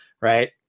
Right